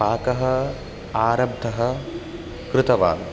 पाकः आरब्धः कृतवान्